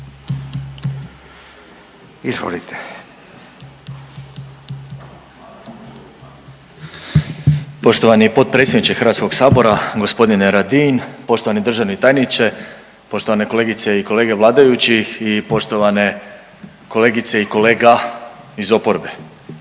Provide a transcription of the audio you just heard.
(MOST)** Poštovani potpredsjedniče HS g. Radin, poštovani državni tajniče, poštovane kolegice i kolege vladajući i poštovane kolegice i kolega iz oporbe.